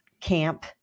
camp